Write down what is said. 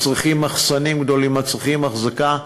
מצריך מחסנים גדולים, מצריך אחזקה.